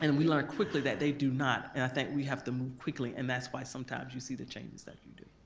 and we learn quickly that they do not and i think we have to move quickly and that's why sometimes you see the changes that you do.